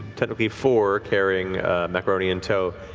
technically four, carrying macaroni in tow,